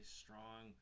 strong